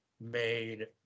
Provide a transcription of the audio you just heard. made